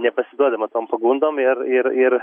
nepasiduodama tom pagundom ir ir ir